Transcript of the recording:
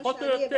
פחות או יותר.